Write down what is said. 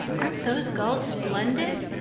aren't those gulls splendid?